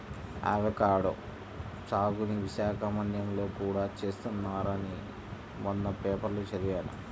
avocado సాగుని విశాఖ మన్యంలో కూడా చేస్తున్నారని మొన్న పేపర్లో చదివాను